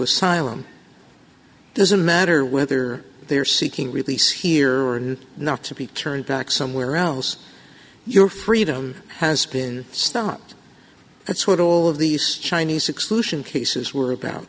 asylum doesn't matter whether they are seeking release here and not to be turned back somewhere else your freedom has been stopped that's what all of these chinese exclusion cases were about